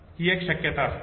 ही एक शक्यता असते